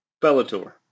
Bellator